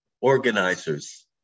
organizers